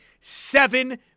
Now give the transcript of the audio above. Seven